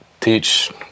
teach